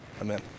Amen